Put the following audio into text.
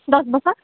দছ বছৰ